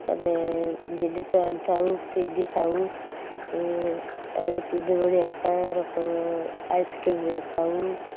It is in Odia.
ଆମେ ଜିନିଷ ଆଣିଥାଉ ପିନ୍ଧିଥାଉ ଆମେ ତିନି ଭଉଣୀ ଏକା ରକମର ଆଇସିକ୍ରିମ ଖାଉ